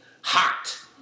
hot